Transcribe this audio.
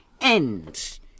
end